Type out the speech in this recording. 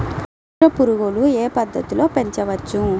మిత్ర పురుగులు ఏ పద్దతిలో పెంచవచ్చు?